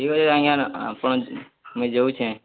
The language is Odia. ଠିକ୍ ଅଛେ ଆଜ୍ଞା ଆପଣ୍ ମୁଇଁ ଯାଉଛେଁ